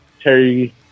Terry